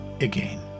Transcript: again